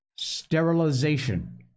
Sterilization